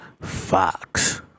Fox